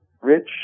rich